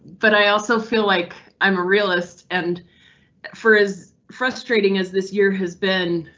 but i also feel like i'm a realist and for as frustrating as this year has been,